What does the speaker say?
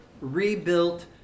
rebuilt